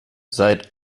seit